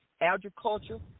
agriculture